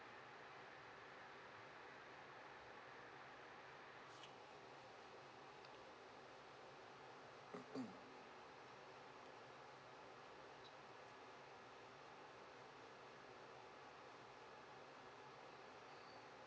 mm hmm